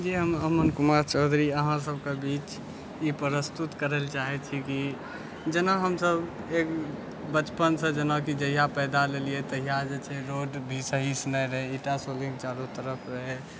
जी हम अमन कुमार चौधरी अहाँ सभके बीच ई प्रस्तुत करै लअ चाहै छी कि जेना हमसभ एक बचपनसँ जेनाकि जहिया पैदा ललियै तहिया जे छै रोड भी सहीसँ नहि रहै ईटा सोलिङ्ग चारो तरफ रहै